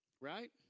Right